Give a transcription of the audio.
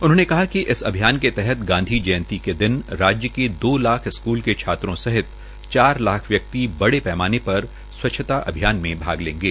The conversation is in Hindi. उन्होंने कहा कि इस अभियान के तहत गांधी जयंती के दिन राज्य के दो लाख स्कूल के छात्रों सहित चार लाख व्यक्ति बड़े पैमाने पर स्वच्छता अभियान में भाग लेंगे